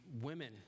women